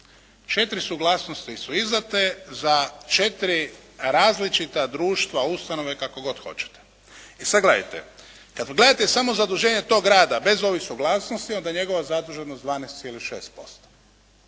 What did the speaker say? Četiri suglasnosti su izdate, za četiri različita društva ustanove, kako god hoćete. E sada gledajte, kada gledate samo zaduženje toga rada bez ovih suglasnosti onda je njegova zaduženost 12,6%.